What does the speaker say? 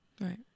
Right